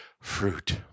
fruit